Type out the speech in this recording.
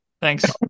thanks